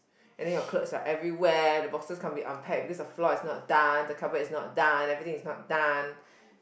and then your clothes are everywhere the boxes can't be unpacked because the floor is not done the cardboard is not done everything is not done